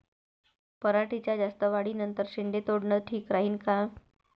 पराटीच्या जास्त वाढी नंतर शेंडे तोडनं ठीक राहीन का?